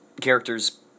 characters